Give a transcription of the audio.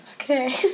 Okay